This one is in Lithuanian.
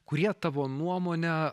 kurie tavo nuomone